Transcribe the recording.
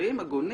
מוסריים והגונים.